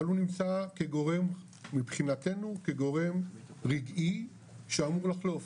אבל הוא נמצא כגורם מבחינתנו כגורם רגעי שאמור לחלוף,